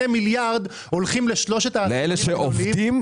המיליארד הולכים לשלושת ה- -- לאלה שעובדים,